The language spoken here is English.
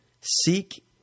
Seek